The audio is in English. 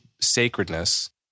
sacredness